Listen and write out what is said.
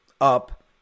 Up